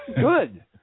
Good